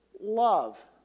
love